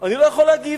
אני לא יכול להגיב.